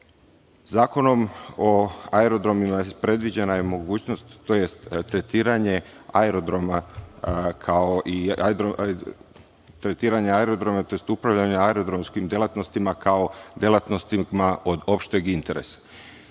sveta. Zakonom o aerodromima predviđena je mogućnost tj. tretiranje aerodroma tj. upravljanje aerodromskim delatnostima kao delatnostima od opšteg interesa.